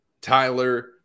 Tyler